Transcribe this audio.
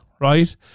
right